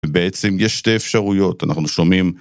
בעצם יש שתי אפשרויות, אנחנו שומעים.